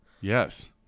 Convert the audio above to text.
Yes